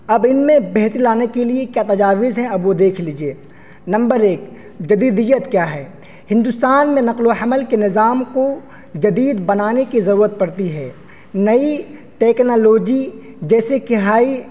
اب ان میں بہتری لانے کے لیے کیا تجاویز ہیں اب وہ دیکھ لیجیے نمبر ایک جدیدیت کیا ہے ہندوستان میں نقل و حمل کے نظام کو جدید بنانے کی ضرورت پڑتی ہے نئی ٹیکنالوجی جیسے کہ ہائی